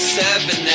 seven